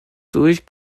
durch